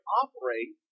operate